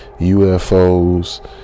UFOs